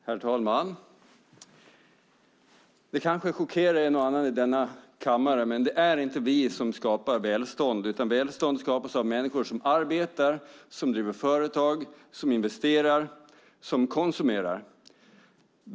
Herr talman! Det kanske chockerar en och annan i denna kammare, men det är inte vi som skapar välstånd. Välstånd skapas av människor som arbetar, driver företag, investerar och konsumerar.